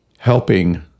helping